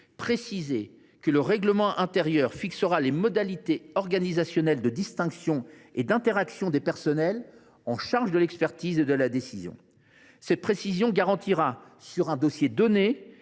préciser que le règlement intérieur de l’Autorité fixera les modalités organisationnelles de distinction et d’interaction des personnels chargés de l’expertise et de la décision. Cette précision garantira, sur un dossier donné,